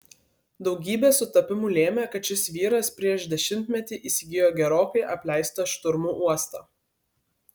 daugybė sutapimų lėmė kad šis vyras prieš dešimtmetį įsigijo gerokai apleistą šturmų uostą